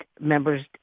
members